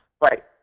Right